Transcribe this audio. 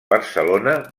barcelona